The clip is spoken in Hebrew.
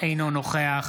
אינו נוכח